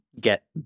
get